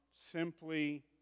simply